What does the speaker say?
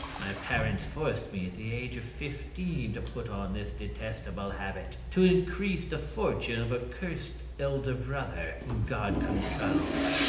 my parents forced me at the age of fifteen to put on this detestable habit, to increase the fortune of a cursed elder brother, whom god confound.